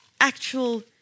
actual